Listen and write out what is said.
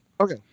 okay